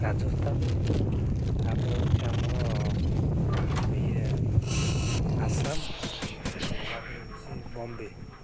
ରାଜସ୍ଥାନ ତା'ପରେ ହେଉଛି ଆମର ଇଏ ଆସାମ ତା'ପରେ ହେଉଛି ବମ୍ବେ